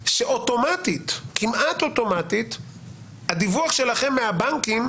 שכמעט אוטומטית שהדיווח שלכם מהבנקים,